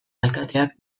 alkateak